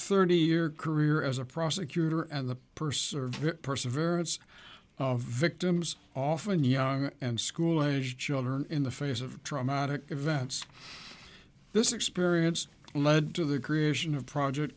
thirty year career as a prosecutor and the purser perseverance of victims often young and school aged children in the face of traumatic events this experience led to the creation of project